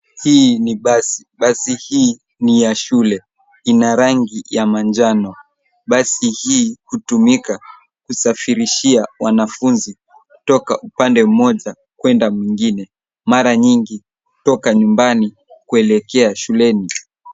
Hii ni basi, basi hii ni yashule ina rangi ya manjano. Basi hii hutumika kusafirishia wanafunzi kutoka upande mmoja kwenda mwingine, mara nyingi kutoka nyumbani kuelekea shuleni.